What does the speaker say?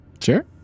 Sure